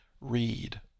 read